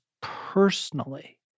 personally